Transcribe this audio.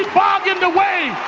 bargained away.